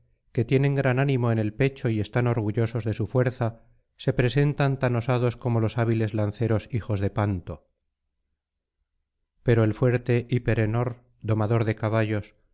que tienen gran ánimo en el pecho y están orgullosos de su fuerza se presentan tan osados como los hábiles lanceros hijos de panto pero el fuerte hiperenor domador de caballos